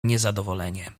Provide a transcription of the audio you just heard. niezadowolenie